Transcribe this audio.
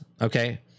Okay